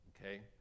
Okay